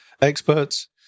experts